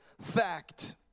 fact